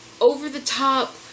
over-the-top